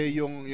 yung